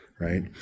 right